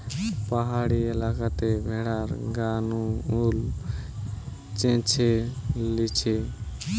পাহাড়ি এলাকাতে ভেড়ার গা নু উল চেঁছে লিছে